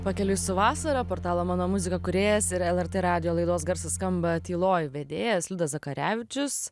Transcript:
pakeliui su vasara portalo mano muzika kūrėjas ir lrt radijo laidos garsas skamba tyloj vedėjas liudas zakarevičius